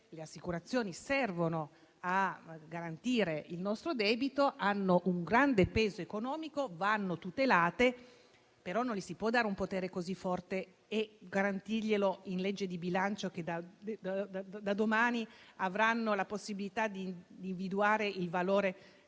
le assicurazioni servono a garantire il nostro debito, hanno un grande peso economico e vanno tutelate, ma non si può dare loro un potere così forte, garantendo loro in legge di bilancio che da domani avranno la possibilità di individuare il valore degli immobili